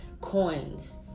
Coins